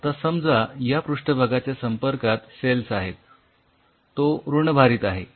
आता समजा ज्या पृष्ठभागाच्या संपर्कात सेल्स आहेत तो ऋणभारित आहे